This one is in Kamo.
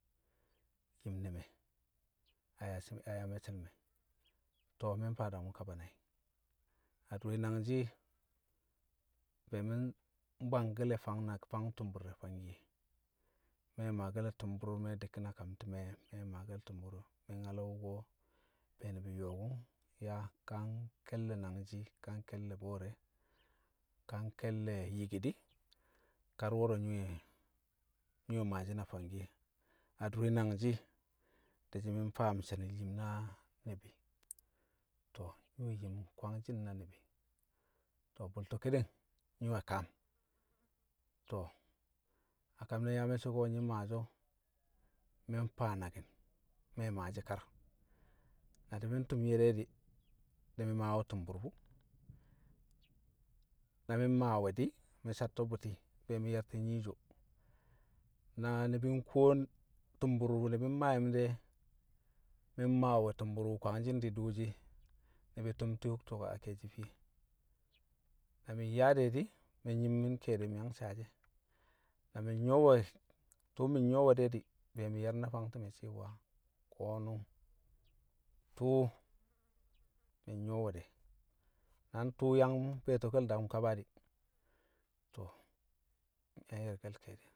Yim ne̱ a yaa a yaa mẹcce̱l me̱ to̱ mi̱ mfaa daku̱m kaba nai̱, adure nangshi̱ be̱e̱ mi̱ mbwangke̱le̱ fang tu̱mbu̱r re̱ fangkiye. Me̱ di̱kki̱n a kam ti̱me̱, me̱ maake̱l tu̱mbu̱r mi nyalo̱ be̱ ni̱bi̱ yo̱o̱ku̱ng, yaa ka nke̱lle̱ nangji̱, ka nke̱lle̱ bo̱o̱re̱, ka nke̱lle̱ yi̱ki̱ di̱, kar wo̱re̱ nye̱ maashi̱ na fangkiye. Adure nangshi̱ di̱shi̱ mi̱ mfaam she̱ni̱l yim na ni̱bi̱. To̱ me yim kwangshi̱n na ni̱bi̱, to̱ bu̱lto̱ ki̱di̱ng, nyi̱ we̱ kaam. To̱, a kam ne̱ yaa me̱cce̱ ko̱ myii̱ maashi̱ o̱ mi̱ mfaa naki̱n me̱ maashi̱ kar. Na ni̱bi̱ ntu̱mye̱ de̱ di̱, mi̱ mmaawe̱ tu̱mbu̱r wu̱, na mi̱ mmaawe di̱ mi̱ satto̱ bu̱ti̱ mi̱ ye̱rti̱n nyiiso na ni̱bi̱ nkuwon tu̱mbu̱r wu̱ ni̱bi̱ mmaa yi̱m de̱ mi̱ mmaawe tu̱mbu̱r wu kwangshi̱n di dooshi ni̱bi̱ tu̱m ti̱ to̱k a ke̱e̱shi̱ fiye na mi̱ nyaa dẹ di̱ mi̱ nyi̱mmi̱n ke̱e̱di̱ mu̱ mi̱myang saashi̱ e̱ na mi̱ nyu̱wo̱we tu̱u̱ mi̱ nyi̱wẹ de̱ di̱ be̱e̱ mi̱ ye̱r na fang ti̱me̱ cewa ko̱nu̱ng tu̱u̱ mi̱ nyu̱wo̱ we̱ de, na ntu̱u̱ yang be̱e̱to̱ke̱l dak6m kava di̱, to̱, mi̱ yang ye̱rke̱l ke̱e̱di̱